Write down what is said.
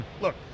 look